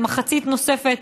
ומחצית נוספת,